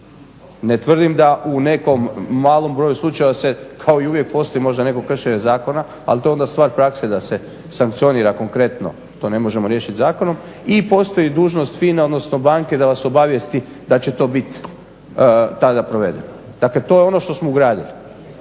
Ne tvrdima da u nekom malom broju slučajeva se, kao i uvijek postoji možda neko kršenje zakona ali to je onda stvar prakse da se sankcionira konkretno, to ne možemo riješiti zakonom. I postoji dužnost FINA-e odnosno banke da vas obavijesti da će to biti tada provedeno. Dakle to je ono što smo ugradili.